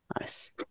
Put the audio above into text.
Nice